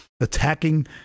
attacking